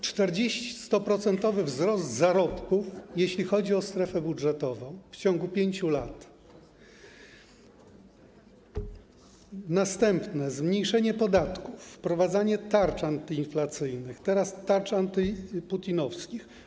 40-procentowy wzrost zarobków, jeśli chodzi o strefę budżetową w ciągu 5 lat, zmniejszenie podatków, wprowadzanie tarcz antyinflacyjnych, teraz tarcz antyputinowskich.